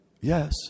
yes